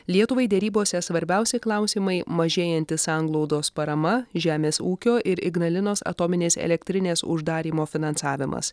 lietuvai derybose svarbiausi klausimai mažėjanti sanglaudos parama žemės ūkio ir ignalinos atominės elektrinės uždarymo finansavimas